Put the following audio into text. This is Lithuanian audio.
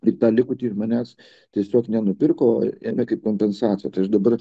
rita likutį ir manęs tiesiog nenupirko ėmė kaip kompensaciją tai dabar